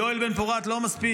יואל בן פורת לא מספיק,